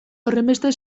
horrenbeste